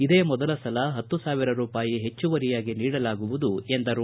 ಇದೇ ಮೊದಲ ಸಲ ಹತ್ತು ಸಾವಿರ ರೂಪಾಯಿ ಹೆಚ್ಚುವರಿಯಾಗಿ ನೀಡಲಾಗುವುದು ಎಂದರು